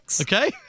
Okay